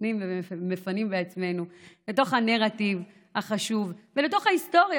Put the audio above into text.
נותנים ומפנים עצמנו לתוך הנרטיב החשוב ולתוך ההיסטוריה,